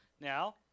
Now